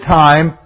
time